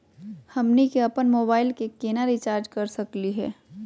हमनी के अपन मोबाइल के केना रिचार्ज कर सकली हे?